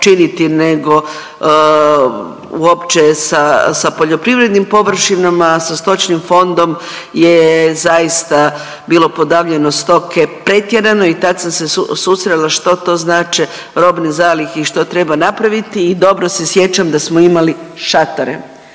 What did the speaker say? nego uopće sa poljoprivrednim površinama, sa stočnim fondom je zaista bilo podavljene stoke pretjerano i tad sam se susrela što to znače robne zalihe i što treba napraviti i dobro se sjećam da smo imali šatore,